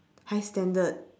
high standard